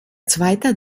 zweite